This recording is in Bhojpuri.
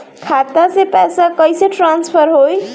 खाता से पैसा कईसे ट्रासर्फर होई?